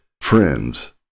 Friends